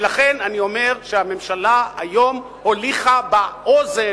ולכן אני אומר שהממשלה היום הוליכה באוזן,